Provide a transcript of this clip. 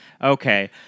Okay